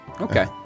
Okay